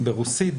ברוסית,